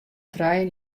trijen